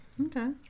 Okay